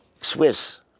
Swiss